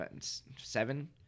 Seven